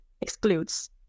excludes